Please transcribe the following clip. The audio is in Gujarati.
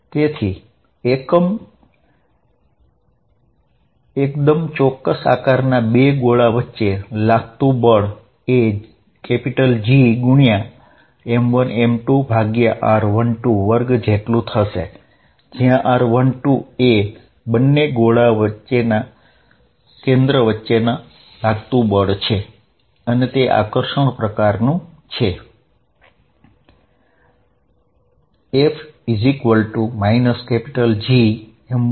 તેથી બે ગોળાકાર દળ વચ્ચે લાગતું બળ G m1 m2r12 2 r12 હશે જયાં r12 એ તેમના કેન્દ્ર વચ્ચેનું અંતર છે અને અહીં આકર્ષણ છે તેથી દિશા આ મુજબ છે